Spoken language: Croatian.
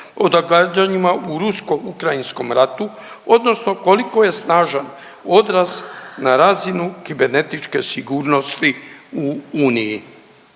ne razumije./… u rusko ukrajinskom ratu odnosno koliko je snažan odraz na razinu kibernetičke sigurnosti u Uniji.